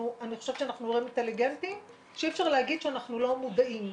ואני חושבת שאנחנו הורים אינטליגנטיים שאי אפשר להגיד שאנחנו לא מודעים,